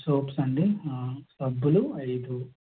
soaps అండి సబ్బులు ఐదు